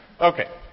Okay